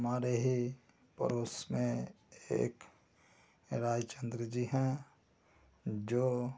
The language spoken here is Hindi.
हमारे ही पड़ोस में एक रायचन्द्र जी हैं जो